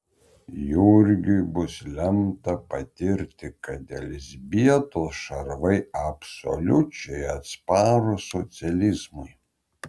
jurgiui bus lemta patirti kad elzbietos šarvai absoliučiai atsparūs socializmui